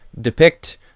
depict